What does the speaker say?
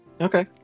Okay